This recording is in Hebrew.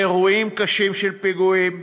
באירועים קשים של פיגועים,